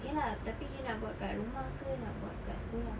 ye lah tapi nak buat kat rumah ke nak buat kat sekolah